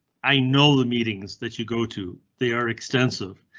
i know the meetings that you go to. they are extensive.